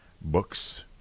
Books